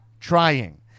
trying